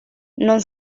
non